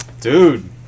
Dude